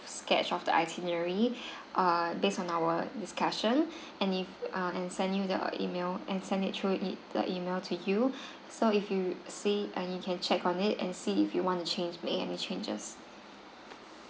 sketch of the itinerary err based on our discussion and if uh and send you the email and send it through the the email to you so if you see and you can check on it and see if you want to change make any changes